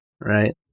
right